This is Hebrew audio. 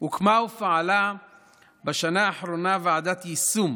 הוקמה ופעלה בשנה האחרונה ועדת יישום